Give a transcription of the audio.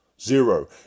Zero